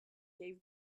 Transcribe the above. gave